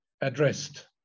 addressed